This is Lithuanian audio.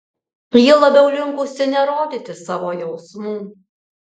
ji labiau linkusi nerodyti savo jausmų